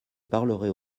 parlerai